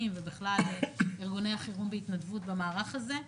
ובכלל ארגוני החירום בהתנדבות במערך הזה.